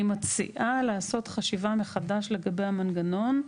אני מציעה לעשות חשיבה מחדש לגבי המנגנון,